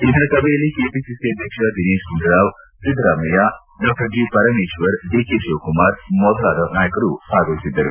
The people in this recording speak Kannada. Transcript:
ಇಂದಿನ ಸಭೆಯಲ್ಲಿ ಕೆಪಿಸಿಸಿ ಅಧ್ಯಕ್ಷ ದಿನೇಶ್ ಗುಂಡೂರಾವ್ ಸಿದ್ದರಾಮಯ್ಯ ಡಾ G Parameshwar D K Shivakumar ಮೊದಲಾದ ನಾಯಕರು ಭಾಗವಹಿಸಿದ್ದರು